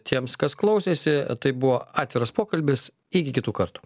tiems kas klausėsi tai buvo atviras pokalbis iki kitų kartų